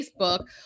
facebook